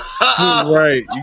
Right